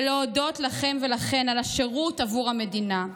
ולהודות לכם ולכן על השירות עבור המדינה,